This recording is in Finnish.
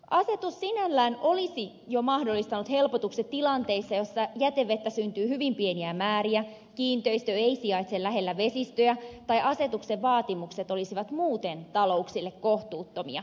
asetus sinällään olisi jo mahdollistanut helpotukset tilanteissa joissa jätevettä syntyy hyvin pieniä määriä kiinteistö ei sijaitse lähellä vesistöjä tai asetuksen vaatimukset olisivat muuten talouksille kohtuuttomia